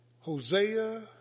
Hosea